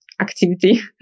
activity